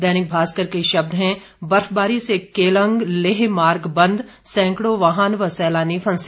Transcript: दैनिक भास्कर के शब्द हैं बर्फबारी से केलांग लेह मार्ग बंद सैकड़ों वाहन व सैलानी फंसे